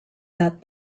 that